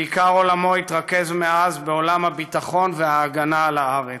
ועיקר עולמו התרכז מאז בעולם הביטחון וההגנה על הארץ,